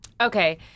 Okay